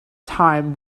time